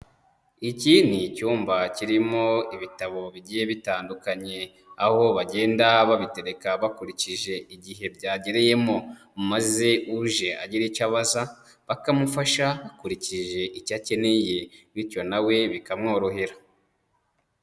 Iki ni icyumba kirimo ibitabo bigiye bitandukanye, aho bagenda babitereka bakurikije igihe byagereyemo, maze uje agira icyo abaza bakamufasha bakurikije icyo akeneye bityo na we bikamworohera.